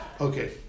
Okay